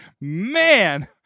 man